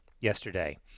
yesterday